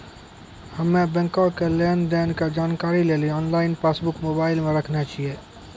हम्मे बैंको के लेन देन के जानकारी लेली आनलाइन पासबुक मोबाइले मे राखने छिए